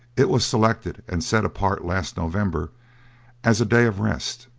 it was selected and set apart last november as a day of rest.